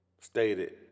stated